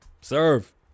serve